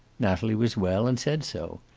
natalie was well, and said so.